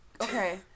Okay